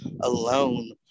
alone